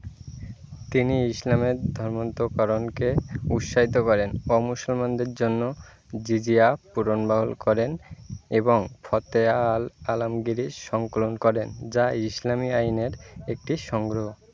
তিনি ইসলামে ধর্মান্তকরণকে উৎসাহিত করেন অমুসলমানদের জন্য জিজিয়া পুনর্বহাল করেন এবং ফাতেয়ায় আলমগীরের সংকলন করেন যা ইসলামী আইনের একটি সংগ্রহ